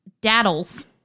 daddles